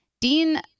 Dean